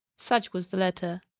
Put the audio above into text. such was the letter.